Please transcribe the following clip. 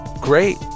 Great